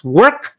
work